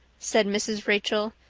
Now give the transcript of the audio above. said mrs. rachel,